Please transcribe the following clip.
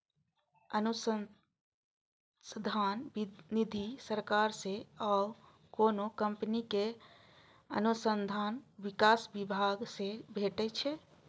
अनुसंधान निधि सरकार सं आ कोनो कंपनीक अनुसंधान विकास विभाग सं भेटै छै